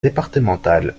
départemental